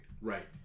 Right